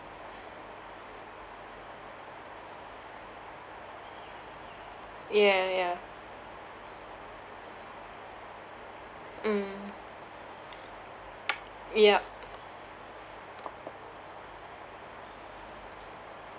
ya ya mm yup